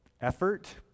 Effort